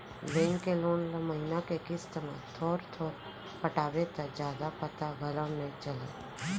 bank के loan ल महिना के किस्त म थोर थोर पटाबे त जादा पता घलौ नइ चलय